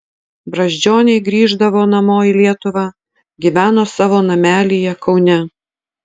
brazdžioniai grįždavo namo į lietuvą gyveno savo namelyje kaune